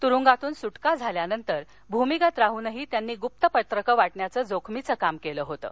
तुरूंगातून सुटका झाल्यानंतर भूमिगत राहूनही त्यांनी गुप्त पत्रक वाटण्याचं जोखमीचं काम केलं होतं